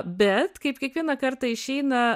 bet kaip kiekvieną kartą išeina